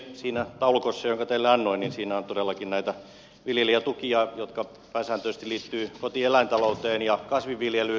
siinä taulukossa jonka teille annoin on todellakin näitä viljelijätukia jotka pääsääntöisesti liittyvät kotieläintalouteen ja kasvinviljelyyn